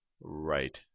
Right